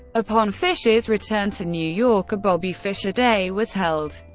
upon fischer's return to new york, a bobby fischer day was held.